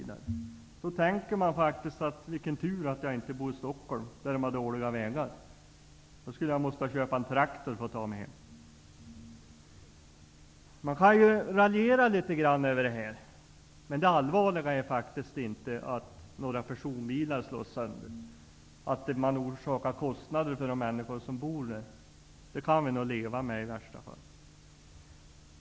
Då tänker jag faktiskt: Vilken tur att jag inte bor i Stockholm, där man har dåliga vägar. Då hade jag måst köpa en traktor för att ta mig hem. Man kan raljera litet över detta, men det allvarliga är faktiskt inte att några personbilar slås sönder och orsakar kostnader för de människor som bor i Norrland. Det kan vi nog leva med i värsta fall.